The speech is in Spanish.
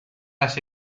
las